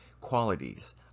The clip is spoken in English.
qualities